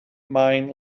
mind